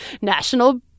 national